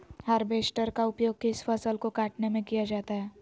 Harvester का उपयोग किस फसल को कटने में किया जाता है?